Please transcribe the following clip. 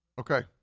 Okay